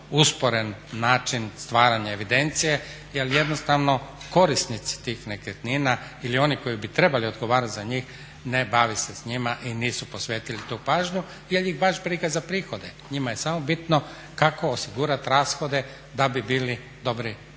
usporen način stvaranja evidencije jer jednostavno korisnici tih nekretnina ili oni koji bi trebali odgovarat za njih ne bave se s njima i nisu posvetili tu pažnju jer ih baš briga za prihode. Njima je samo bitno kako osigurat rashode da bi bili dobri